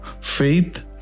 faith